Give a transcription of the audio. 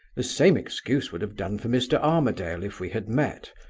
the same excuse would have done for mr. armadale if we had met,